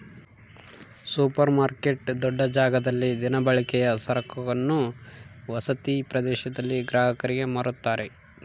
super market ದೊಡ್ಡ ಜಾಗದಲ್ಲಿ ದಿನಬಳಕೆಯ ಸರಕನ್ನು ವಸತಿ ಪ್ರದೇಶದಲ್ಲಿ ಗ್ರಾಹಕರಿಗೆ ಮಾರುತ್ತಾರೆ